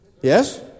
Yes